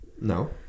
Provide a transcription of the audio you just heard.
No